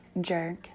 Jerk